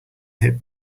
hit